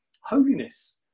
holiness